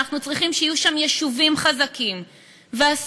אנחנו צריכים שיהיו שם יישובים חזקים,